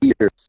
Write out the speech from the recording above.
years